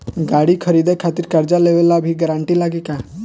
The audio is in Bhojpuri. गाड़ी खरीदे खातिर कर्जा लेवे ला भी गारंटी लागी का?